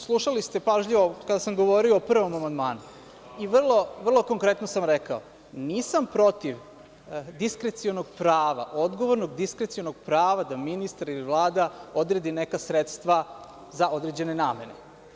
Slušali ste pažljivo kada sam govorio o prvom amandmanu i vrlo konkretno sam rekao – nisam protiv diskrecionog prava, odgovornog diskrecionog prava da ministar i Vlada odredi neka sredstva za određene namene.